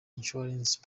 insurance